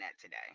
today